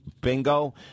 bingo